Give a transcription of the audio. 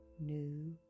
new